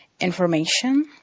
information